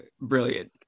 brilliant